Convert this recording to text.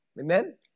Amen